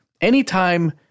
Anytime